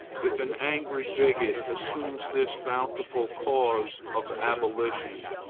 if an angry bigot assumes this bountiful cause of abolition,